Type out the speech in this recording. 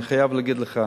אני חייב להגיד לך,